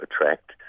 attract